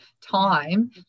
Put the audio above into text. time